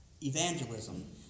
evangelism